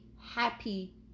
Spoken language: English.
happy